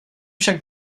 však